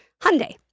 Hyundai